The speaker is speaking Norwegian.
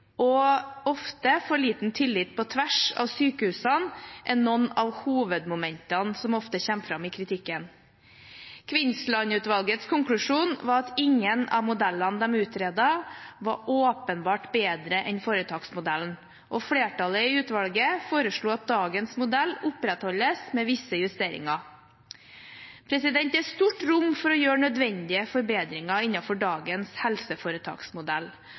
det ofte er for liten tillit på tvers av sykehusene, er noen av hovedmomentene som ofte kommer fram i kritikken. Kvinnsland-utvalgets konklusjon var at ingen av modellene de utredet, var åpenbart bedre enn foretaksmodellen, og flertallet i utvalget foreslo at dagens modell skulle opprettholdes, med visse justeringer. Det er stort rom for å gjøre nødvendige forbedringer innenfor dagens helseforetaksmodell,